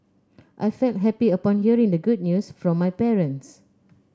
I felt happy upon hearing the good news from my parents